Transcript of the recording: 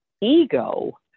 ego